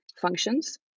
functions